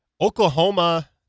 Oklahoma